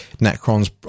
Necrons